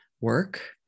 work